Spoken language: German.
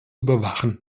überwachen